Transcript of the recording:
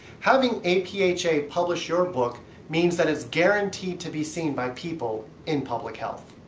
having apha publish your book means that it's guaranteed to be seen by people in public health.